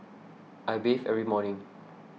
I bathe every morning